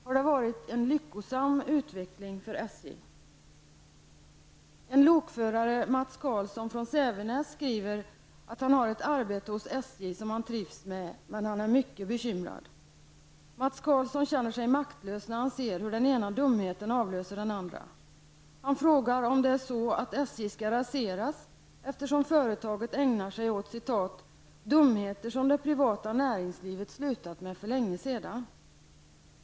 Har det varit en lyckosam utveckling för SJ? En lokförare, Mats Carlsson från Sävenäs, skriver att han har ett arbete hos SJ som han trivs med men att han är mycket bekymrad. Mats Carlsson känner sig maktlös när han ser hur den ena dumheten avlöser den andra. Han frågar om det är så att SJ skall raseras, eftersom företaget ägnar sig åt ''dumheter som det privata näringslivet slutat med för länge sedan''.